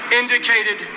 indicated